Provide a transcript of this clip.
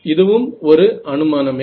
இதுவும் ஒரு அனுமானமே